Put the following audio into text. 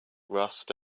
rust